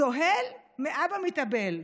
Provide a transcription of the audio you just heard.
צוהל מאבא מתאבל".